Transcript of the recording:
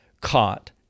caught